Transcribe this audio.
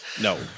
No